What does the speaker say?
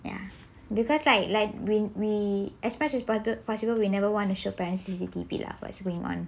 ya because like like we we as much as possible we never want to show the parents the C_C_T_V lah what's going on